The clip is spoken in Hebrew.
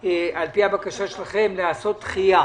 לפי בקשתכם לעשות דחייה